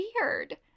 weird